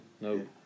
No